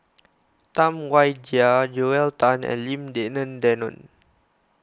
Tam Wai Jia Joel Tan and Lim Denan Denon